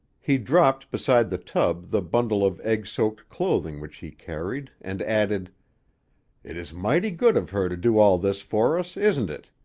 he dropped beside the tub the bundle of egg-soaked clothing which he carried, and added it is mighty good of her to do all this for us, isn't it?